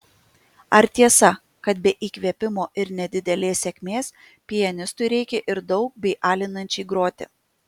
ar tiesa kad be įkvėpimo ir nedidelės sėkmės pianistui reikia ir daug bei alinančiai groti